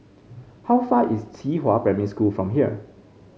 how far is Qihua Primary School from here